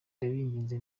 ndabinginze